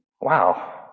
Wow